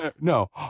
No